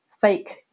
fake